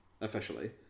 officially